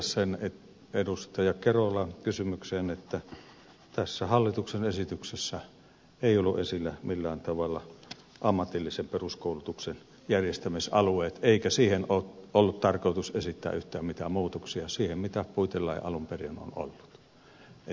kerolan kysymykseen sen että tässä hallituksen esityksessä eivät olleet esillä millään tavalla ammatillisen peruskoulutuksen järjestämisalueet eikä ole ollut tarkoitus esittää yhtään mitään muutoksia siihen mitä puitelaki alun perin on ollut